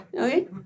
Okay